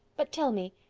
but tell me,